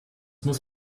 muss